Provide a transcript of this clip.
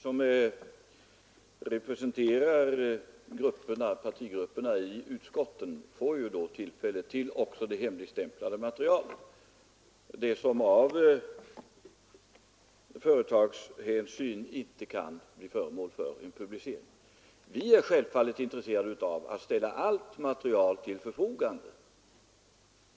Fru talman! De som representerar partigrupperna i utskottet får ju tillfälle att ta del även av det hemligstämplade materialet — det som av företagshänsyn inte kan bli föremål för publicering. Vi är självfallet intresserade av att ställa allt material till förfogande.